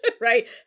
right